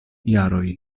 jaroj